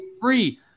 free